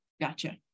Gotcha